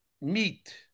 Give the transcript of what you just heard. meat